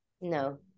no